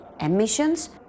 emissions